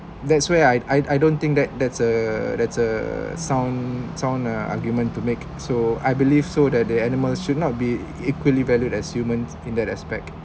that's where I I I don't think that that's a that's a sound sound uh argument to make so I believe so that the animals should not be equally valued as humans in that aspect